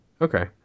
Okay